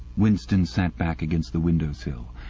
winston sat back against the window-sill.